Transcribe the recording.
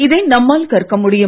இதை நம்மால் கற்க முடியும்